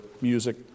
music